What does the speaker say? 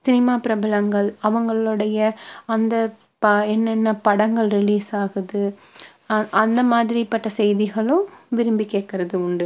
cinema பிரபலங்கள் அவர்களுடைய அந்த ப என்னென்ன படங்கள் ரிலீஸ் ஆகுது அந்த மாதிரி பட்ட செய்திகளும் விரும்பி கேட்குறது உண்டு